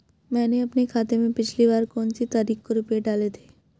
मैंने अपने खाते में पिछली बार कौनसी तारीख को रुपये डाले थे?